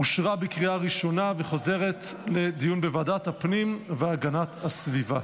לוועדת הפנים והגנת הסביבה